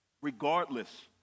Regardless